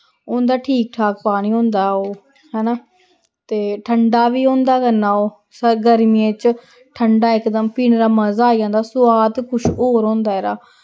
होंदा ठीक ठाक पानी होंदा ओह् हैना ते ठंडा बी होंदा कन्नै ओह् स गर्मियें च ठंडा इक दम पीने दा मजा आई जंदा सोआद कुछ होर होंदा एह्दा